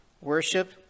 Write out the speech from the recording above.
worship